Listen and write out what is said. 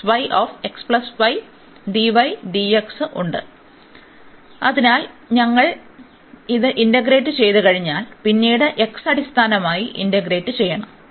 അതിനാൽ ഞങ്ങൾ ഇത് ഇന്റഗ്രേറ്റ് ചെയ്തുകഴിഞ്ഞാൽ പിന്നീട് x അടിസ്ഥാനമായി ഇന്റഗ്രേറ്റ് ചെയ്യണം